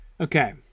Okay